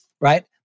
right